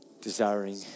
desiring